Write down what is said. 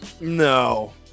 No